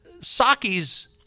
Saki's